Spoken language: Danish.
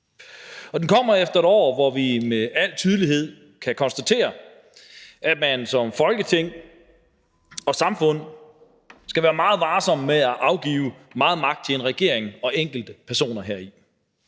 sø. Den kommer efter et år, hvor vi med al tydelighed kan konstatere, at man som Folketing og samfund skal være meget varsomme med at afgive meget magt til en regering og enkelte personer heri.